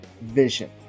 vision